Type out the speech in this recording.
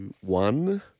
One